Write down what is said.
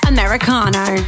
Americano